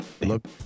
Look